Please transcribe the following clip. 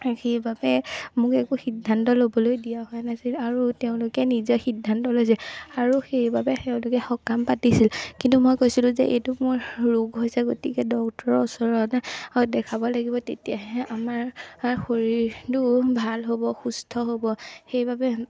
সেইবাবে মোক একো সিদ্ধান্ত ল'বলৈ দিয়া যোৱা নাছিল আৰু তেওঁলোকে নিজে সিদ্ধান্ত লৈছে আৰু সেইবাবে তেওঁলোকে সকাম পাতিছিল কিন্তু মই কৈছিলোঁ যে এইটো মোৰ ৰোগ হৈছে গতিকে ডক্টৰৰ ওচৰত দেখাব লাগিব তেতিয়াহে আমাৰ শৰীৰটো ভাল হ'ব সুস্থ হ'ব সেইবাবে